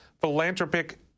philanthropic